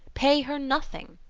pay her nothing.